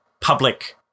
public